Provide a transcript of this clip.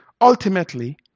ultimately